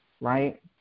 right